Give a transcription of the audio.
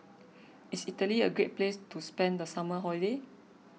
is Italy a great place to spend the summer holiday